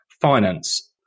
finance